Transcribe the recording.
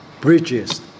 bridges